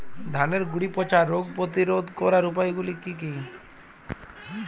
ধানের গুড়ি পচা রোগ প্রতিরোধ করার উপায়গুলি কি কি?